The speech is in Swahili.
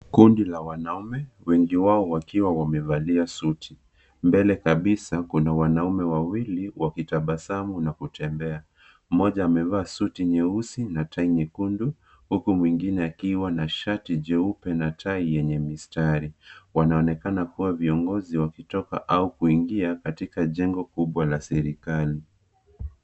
Kundi la wanaume , wengi wao wakiwa wamevalia suti mbele kabisa kuna wanaume wawili wakitabasamu na kutembea. Mmoja amevaa suti nyeusi na tai nyekundu huku mwengine akiwa na shati jeupe na tai yenye mistari. Wanaonekana kuwa viongozi wakitoka au kuingia katika jengo kubwa la serikali.